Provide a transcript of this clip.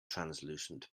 translucent